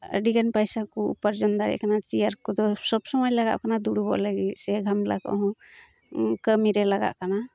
ᱟᱹᱰᱤᱜᱟᱱ ᱯᱚᱭᱥᱟᱠᱚ ᱩᱯᱟᱨᱡᱚᱱ ᱫᱟᱲᱮᱭᱟᱜ ᱠᱟᱱᱟ ᱪᱮᱭᱟᱨ ᱠᱚᱫᱚ ᱥᱚᱵᱽᱥᱚᱢᱚᱭ ᱞᱟᱜᱟᱼᱟ ᱫᱩᱲᱩᱵᱚᱜ ᱞᱟᱹᱜᱤᱫ ᱥᱮ ᱜᱟᱢᱞᱟ ᱠᱚᱦᱚᱸ ᱠᱟᱹᱢᱤᱨᱮ ᱞᱟᱜᱟᱜ ᱠᱟᱱᱟ